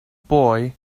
boy